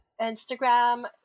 Instagram